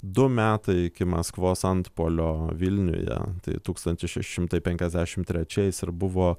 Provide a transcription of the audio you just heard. du metai iki maskvos antpuolio vilniuje tukstantis šeši šimtai trečiais ir buvo